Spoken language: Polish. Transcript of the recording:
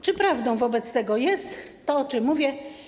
Czy prawdą wobec tego jest to, o czym mówię?